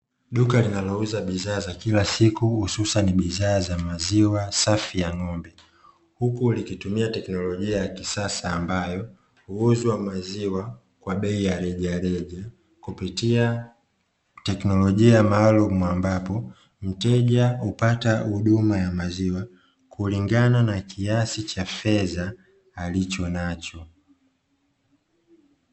Duka linalouza bidhaa za kila siku hususani bidhaa za maziwa safi ya ng'ombe, huku likitumia teknolojia ya kisasa ambayo huuzwa maziwa kwa bei ya rejareja. kupitia teknolojia maalumu ambapo mteja kupata huduma ya maziwa, kulingana na kiasi cha fedha alichonacho.